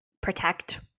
protect